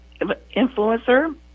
influencer